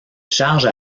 charges